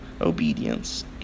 obedience